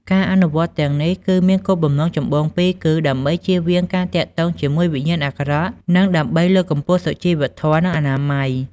ការអនុវត្តទាំងនេះគឺមានគោលបំណងចម្បងពីរ គឺ ដើម្បីជៀសវាងការទាក់ទងជាមួយវិញ្ញាណអាក្រក់ និង ដើម្បីលើកកម្ពស់សុជីវធម៌ និងអនាម័យ ។